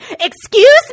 Excuse